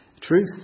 truth